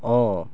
অঁ